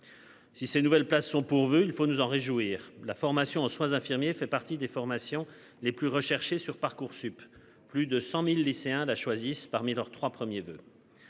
Si ces nouvelles places sont pourvus. Il faut nous en réjouir. La formation en soins infirmiers fait partie des formations les plus recherchés sur Parcoursup. Plus de 100.000 lycéens la choisissent parmi leurs 3 premiers voeux.